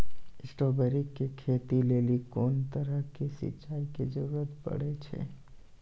Strawberry के खेती लेली कोंन तरह के सिंचाई के जरूरी पड़े छै?